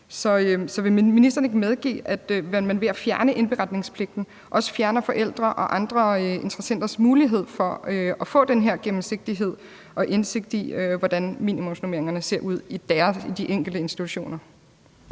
Så vil ministeren ikke medgive, at man ved at fjerne indberetningspligten også fjerner forældres og andre interessenters mulighed for at få den her gennemsigtighed og indsigt i, hvordan minimumsnormeringerne ser ud i de enkelte institutioner?